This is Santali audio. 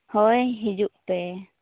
ᱦᱳᱭ ᱦᱤᱡᱩᱜ ᱯᱮ